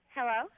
Hello